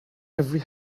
every